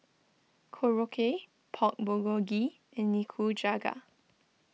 Korokke Pork Bulgogi and Nikujaga